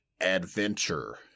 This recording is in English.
adventure